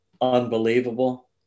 unbelievable